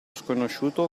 sconosciuto